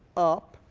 up,